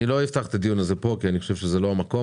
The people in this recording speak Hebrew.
אני לא אפתח את הדיון הזה פה כי אני חושב שזה לא המקום.